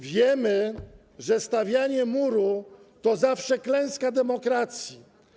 Wiemy, że stawianie muru to zawsze klęska demokracji.